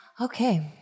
Okay